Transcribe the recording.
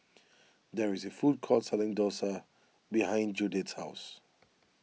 there is a food court selling Dosa behind Judyth's house